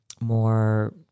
more